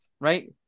right